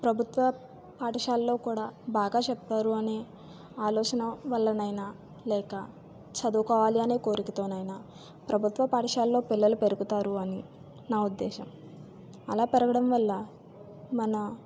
ప్రభుత్వ పాఠశాలలో కూడా బాగా చెప్పారు అనే ఆలోచన వల్ల అయిన లేక చదువుకోవాలి అనే కోరికతో అయిన ప్రభుత్వ పాఠశాలలో పిల్లలు పెరుగుతారు అని నా ఉద్దేశం అలా పెరగడం వల్ల మన